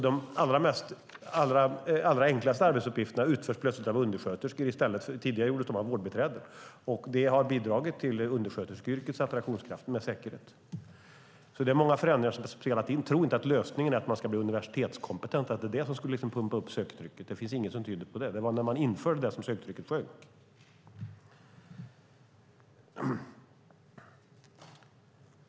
De allra enklaste arbetsuppgifterna utförs plötsligt av undersköterskor i stället för som tidigare av vårdbiträdena. Det har med säkerhet bidragit till att undersköterskeyrkets attraktionskraft minskat. Det är många förändringar som spelat in. Vi ska inte tro att lösningen är att man ska bli universitetskompetent, att det skulle pumpa upp söktrycket. Det finns inget som tyder på det. Det var när man införde det kravet som söktrycket sjönk.